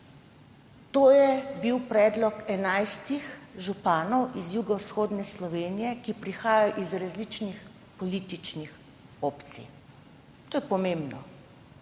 To je bil predlog 11 županov iz Jugovzhodne Slovenije, ki prihajajo iz različnih političnih opcij. To je pomembno.